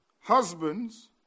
Husbands